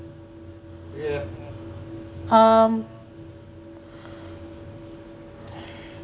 um